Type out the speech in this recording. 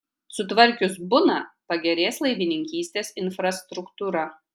sutvarkius buną pagerės laivininkystės infrastruktūra